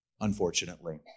unfortunately